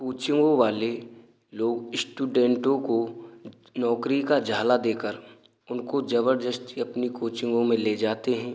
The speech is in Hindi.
कोचिंगों वाले लोग इश्टूडेन्टों को नौकरी का झाला देकर उनको जबरजस्ती अपनी कोचिंगों में ले जाते हैं